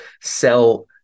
sell